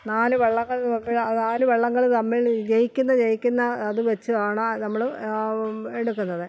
നാല് വള്ളങ്ങൾ തമ്മിൽ ആ നാല് വള്ളങ്ങൾ തമ്മിൽ ജയിക്കുന്ന ജയിക്കുന്ന അത് വെച്ചാണ് നമ്മൾ എടുക്കുന്നത്